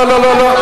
לא לא לא.